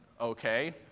okay